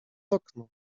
okno